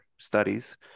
studies